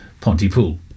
Pontypool